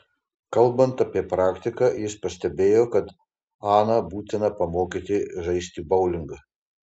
kalbant apie praktiką jis pastebėjo kad aną būtina pamokyti žaisti boulingą